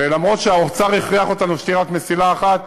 ואפילו שהאוצר הכריח אותנו שתהיה רק מסילה אחת,